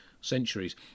centuries